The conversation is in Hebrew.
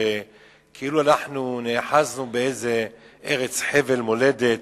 שכאילו אנחנו נאחזנו באיזה חבל ארץ מולדת,